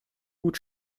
gut